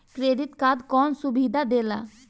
Credit card कौन सुबिधा देला?